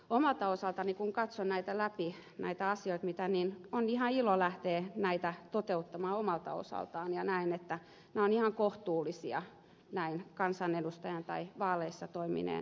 omalta osaltani kun katson läpi näitä asioita on ihan ilo lähteä näitä toteuttamaan omalta osaltaan ja näen että nämä asiat ovat ihan kohtuullisia näin kansanedustajan tai vaaleissa toimineen näkökulmasta